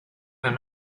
him